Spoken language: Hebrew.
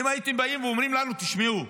אם הייתם באים ואומרים לנו: תשמעו,